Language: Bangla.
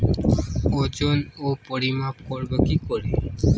ওজন ও পরিমাপ করব কি করে?